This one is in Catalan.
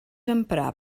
emprar